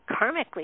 karmically